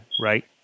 right